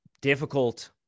difficult